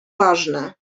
ważne